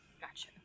Gotcha